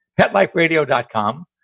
PetLifeRadio.com